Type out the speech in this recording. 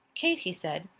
kate, he said,